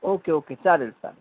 okay okay चालेल चालेल